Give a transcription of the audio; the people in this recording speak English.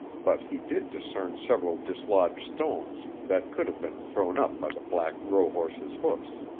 but he did discern several dislodged stones that could have been thrown up by the black rohorse's hoofs.